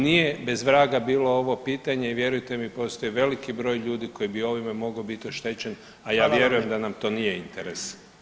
Nije bez vraga bilo ovo pitanje i vjerujte mi postoji veliki broj ljudi koji bi ovime mogao biti oštećen [[Upadica: Hvala vam.]] a ja vjerujem da nam to nije interes.